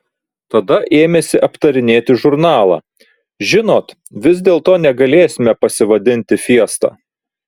tada ėmėsi aptarinėti žurnalą žinot vis dėlto negalėsime pasivadinti fiesta